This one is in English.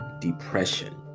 depression